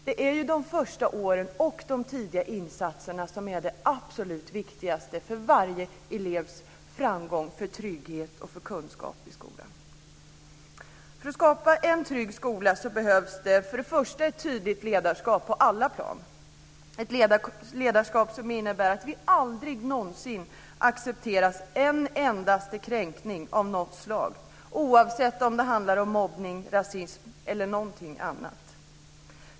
Det är ju de första åren och de tidiga insatserna som är det absolut viktigaste för varje elevs framgång, trygghet och förmåga att ta till sig kunskap i skolan. För att skapa en trygg skola behövs det ett tydligt ledarskap på alla plan - ett ledarskap som innebär att vi aldrig någonsin accepterar en endaste kränkning av något slag, oavsett om det handlar om mobbning, rasism eller någonting annat.